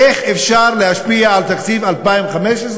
איך אפשר להשפיע על תקציב 2015,